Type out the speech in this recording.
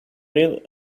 really